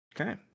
Okay